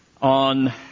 on